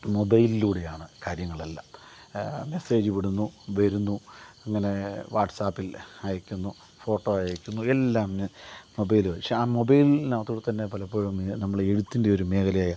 മൊബൈലിലൂടെയാണ് കാര്യങ്ങളെല്ലാം മെസ്സേജ് വിടുന്നു വരുന്നു അങ്ങനെ വാട്സാപ്പിൽ അയക്കുന്നു ഫോട്ടോ അയക്കുന്നു എല്ലാം ഇന്ന് മൊബൈല് വഴി പക്ഷേ മൊബൈലിനകത്തൂടെത്തന്നെ പലപ്പോഴും നമ്മൾ ഈ എഴുത്തിൻ്റെ ഒരു മേഖലയായ